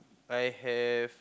I have